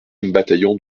bataillon